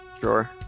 Sure